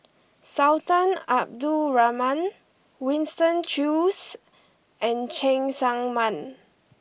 Sultan Abdul Rahman Winston Choos and Cheng Tsang Man